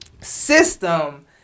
system